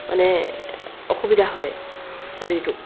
মানে অসুবিধা হয় শৰীৰটোত